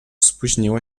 spóźniło